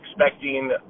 expecting